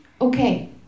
okay